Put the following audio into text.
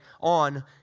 on